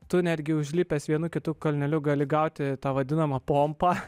tu netgi užlipęs vienu kitu kalneliu gali gauti tą vadinamą pompą